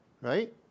right